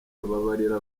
ababarira